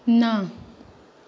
ना